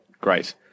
great